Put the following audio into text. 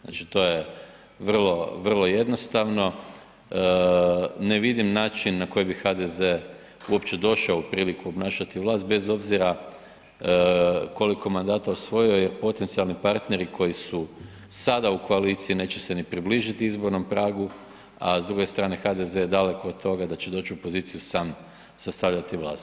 Znači, to je vrlo, vrlo jednostavno, ne vidim način na koji bi HDZ uopće došao u priliku obnašati vlast bez obzira koliko mandata osvojio jer potencijalni partneri koji su sada u koaliciji neće se ni približit izbornom pragu, a s druge strane HDZ je daleko od toga da će doći u poziciju sam sastavljati vlast.